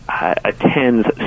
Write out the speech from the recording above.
attends